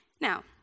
Now